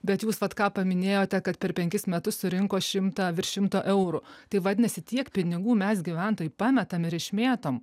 bet jūs vat ką paminėjote kad per penkis metus surinko šimtą virš šimto eurų tai vadinasi tiek pinigų mes gyventojai pametam ir išmėtom